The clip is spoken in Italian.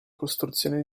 costruzione